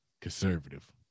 conservative